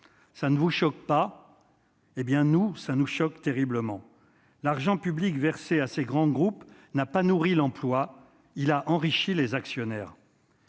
ça ne vous choque pas, hé bien nous, ça nous choque terriblement l'argent public versés à ces grands groupes, n'a pas nourri l'emploi, il a enrichi les actionnaires.